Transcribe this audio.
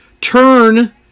turn